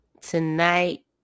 tonight